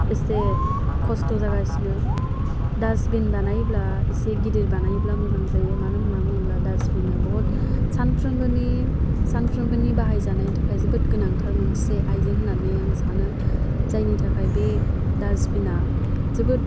एसे खस्थ' जागासिनो डास्टबिन बानायोब्ला एसे गिदिर बानायोब्ला मोजां जायो मानो होनना बुङोब्ला डास्टबिना बुहुत सानफ्रोमबोनि सानफ्रोमनि बाहायजानायनि थाखाय जोबोद गोनांथार मोनसे आयजें होनानै आं सानो जायनि थाखाय बे डास्टबिना जोबोद